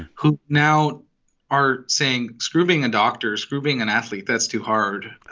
who now are saying, screw being a doctor, screw being an athlete that's too hard,